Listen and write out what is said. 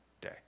day